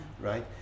Right